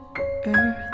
earth